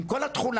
עם כל התכולה,